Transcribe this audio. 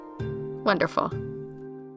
Wonderful